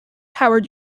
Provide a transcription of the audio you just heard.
howard